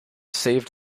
saved